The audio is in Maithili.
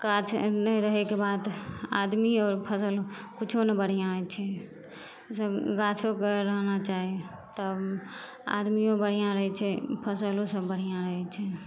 गाछ नहि रहैके बाद आदमी आओर फसल किछो नहि बढ़िऑं होइ छै इसब गाछोके रहना चाही तब आदमियो बढ़िऑं रहै छै फसलो सब बढ़िऑं रहै छै